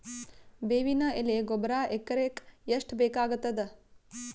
ಬೇವಿನ ಎಲೆ ಗೊಬರಾ ಎಕರೆಗ್ ಎಷ್ಟು ಬೇಕಗತಾದ?